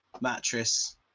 mattress